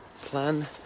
plan